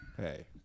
hey